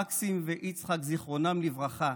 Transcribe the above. מקסים ויצחק, זיכרונם לברכה,